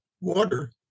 water